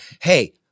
hey